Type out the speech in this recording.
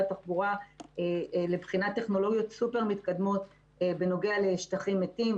התחבורה לבחינת טכנולוגיות סופר מתקדמות בנוגע לשטחים מתים,